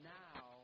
now